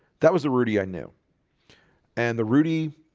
that was the rudy i knew and the rudy